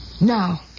Now